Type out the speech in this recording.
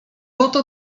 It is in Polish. oto